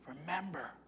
Remember